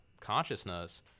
consciousness